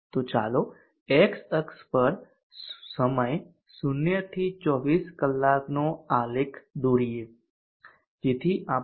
તો ચાલો એક્સ અક્ષ પર સમય 0 થી 24 કલાકનો આલેખ દોરીએ જેથી આપણી પાસે 6a